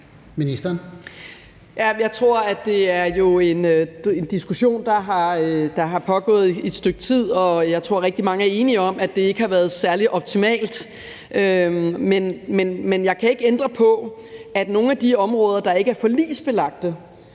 Det er jo en diskussion, der har pågået i et stykke tid, og jeg tror, rigtig mange er enige om, at det ikke har været særlig optimalt. Men jeg kan ikke ændre på, at på nogle af de områder, der ikke er forligsbelagte,